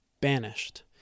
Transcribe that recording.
banished